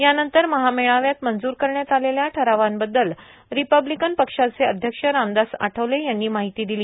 यानंतर महामेळाव्यात मंजूर करण्यात आलेल्या ठरावांबद्दल रिपब्लीकन पक्षाचे अध्यक्ष राम ास आठवले यांनी माहिती पिली